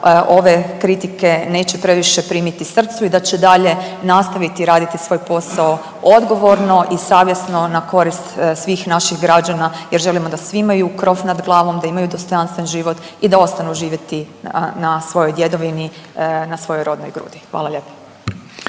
ove kritike neće previše primiti srcu i da će i dalje nastaviti raditi svoj posao odgovorno i savjesno na korist svih naših građana jer želimo da svi imaju krov nad glavom, da imaju dostojanstven život i da ostanu živjeti na svojoj djedovini, na svojoj rodnoj grudi. Hvala lijepo.